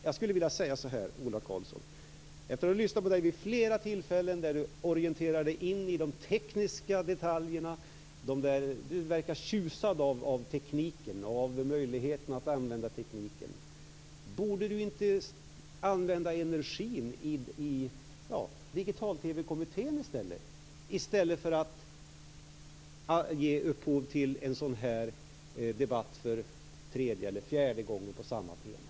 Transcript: Jag skulle vilja säga så här efter att ha lyssnat på Ola Karlsson vid flera tillfällen där han orienterar sig in i de tekniska detaljerna - han verkar tjusad av tekniken, av möjligheterna att använda tekniken: Borde inte Ola Karlsson använda energin i Digital TV-kommittén, i stället för att ge upphov till en sådan här debatt för tredje eller fjärde gången på samma tema?